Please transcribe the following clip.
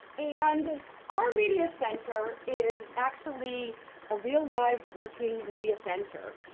and our media center is actually a real, live, working media center.